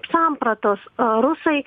sampratos rusai